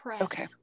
Okay